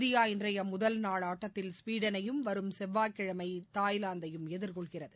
India இன்றைய முதல்நாள் ஆட்டத்தில் ஸ்வீடனையும் வரும் செவ்வாய் கிழமை தாய்லாந்தையும் எதிர்கொள்கிறது